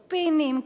ספינים,